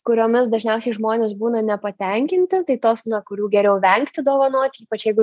kuriomis dažniausiai žmonės būna nepatenkinti tai tos na kurių geriau vengti dovanot ypač jeigu